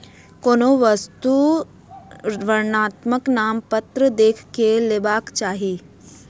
कोनो वस्तु वर्णनात्मक नामपत्र देख के लेबाक चाही